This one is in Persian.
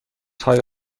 های